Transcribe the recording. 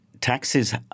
Taxes